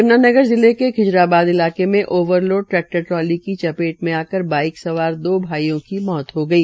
यमुनानगर जिले के खिजराबाद इलाके में ओवरलोड ट्रैक्टर ट्राली की चपेट मे आकर बाईक सवार दो भाईयों की मौत हो गई